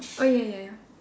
oh ya ya ya